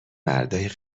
مردای